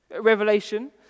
Revelation